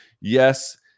Yes